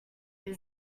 new